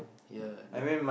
ya the